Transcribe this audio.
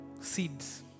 Seeds